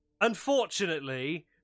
unfortunately